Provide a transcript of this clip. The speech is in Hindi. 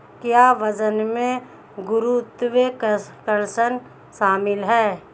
क्या वजन में गुरुत्वाकर्षण शामिल है?